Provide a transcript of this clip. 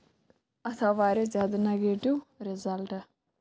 اَتھ آو واریاہ زیادٕ نیگیٹِو رِزلٹ